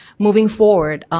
moving forward,